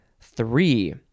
Three